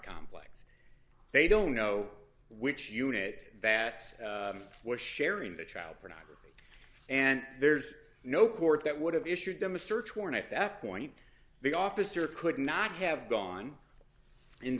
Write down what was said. complex they don't know which unit bats were sharing the child pornography and there's no court that would have issued them a search warrant at that point the officer could not have gone